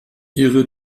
ihre